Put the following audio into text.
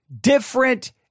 different